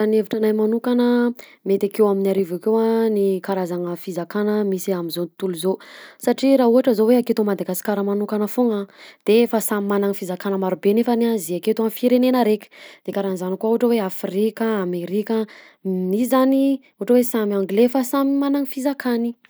Raha ny hevitragnahy magnokana mety akeo amin'ny arivo akeo a ny karazagna fizakagna misy amin'izao tontolo zao satria raha ohatra zao hoe aketo madagasikara manokana foagna de efa magnana fizakana maro be nefa zay aketo a firenena araiky de karaha zany ko ohatra hoe Afrika, Amerika zany ohatra hoe samy anglais nefa samy magnany fizakagny.